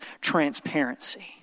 transparency